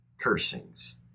cursings